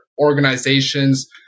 organizations